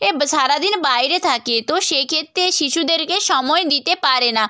এ সারা দিন বাইরে থাকে তো সেক্ষেত্রে শিশুদেরকে সময় দিতে পারে না